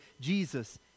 Jesus